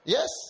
Yes